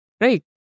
right